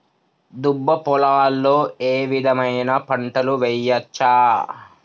దుబ్బ పొలాల్లో ఏ విధమైన పంటలు వేయచ్చా?